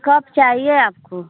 कब चाहिए आपको